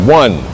one